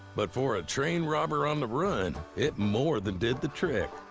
but for a train robber on the run, it more than did the trick.